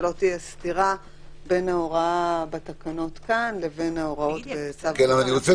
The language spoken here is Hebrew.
שלא תהיה סתירה בין ההוראה בתקנות כאן לבין ההוראות בצו --- אני רוצה